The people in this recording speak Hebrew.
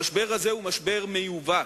המשבר הזה הוא משבר מיובא,